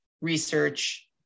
research